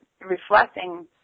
reflecting